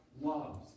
loves